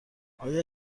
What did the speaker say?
آیا